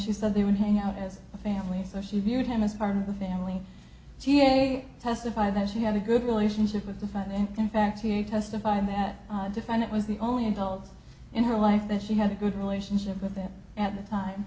she said they would hang out as a family so she viewed him as part of the family g a a testify that she had a good relationship with the fan and in fact he testified that defendant was the only adult in her life that she had a good relationship with that at the time